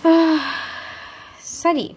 சரி:sari